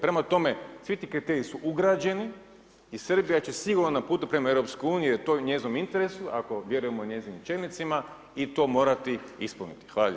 Prema tome, svi ti kriteriji su ugrađeni i Srbija će sigurno na putu prema EU jer to je u njezinom interesu ako vjerujemo njezinim čelnicima i to morati ispuniti.